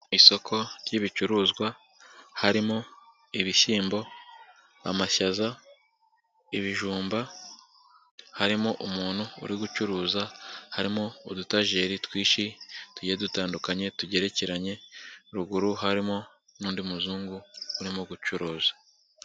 Isoko ry'ibicuruzwa, harimo ibishyimbo, amashaza, ibijumba, harimo umuntu uri gucuruza, harimo udutageri twinshi tugiye dutandukanye tugerekeranye, ruguru harimo n'undi muzungu, urimo gucuruza.